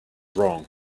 wrong